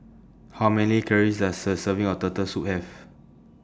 How Many Calories Does A Serving of Turtle Soup Have